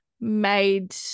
made